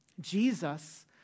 Jesus